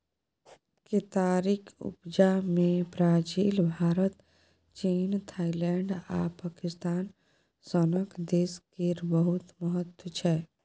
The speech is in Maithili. केतारीक उपजा मे ब्राजील, भारत, चीन, थाइलैंड आ पाकिस्तान सनक देश केर बहुत महत्व छै